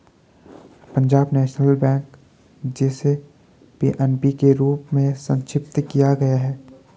Punjab national bank, जिसे PNB के रूप में संक्षिप्त किया गया है